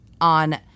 on